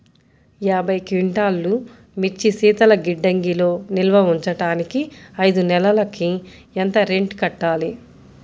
యాభై క్వింటాల్లు మిర్చి శీతల గిడ్డంగిలో నిల్వ ఉంచటానికి ఐదు నెలలకి ఎంత రెంట్ కట్టాలి?